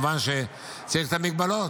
כמובן שצריך מגבלות,